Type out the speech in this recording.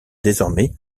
désormais